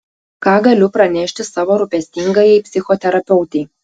ką galiu pranešti savo rūpestingajai psichoterapeutei